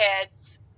kids